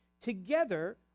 Together